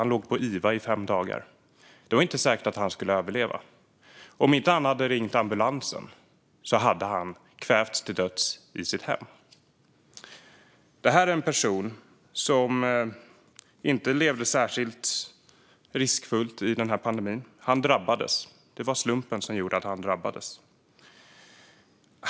Han låg på iva i fem dagar. Det var inte säkert att han skulle överleva. Om han inte hade ringt ambulansen hade han kvävts till döds i sitt hem. Det här är en person som inte levde särskilt riskfyllt i pandemin. Han drabbades. Det var slumpen som gjorde att han drabbades.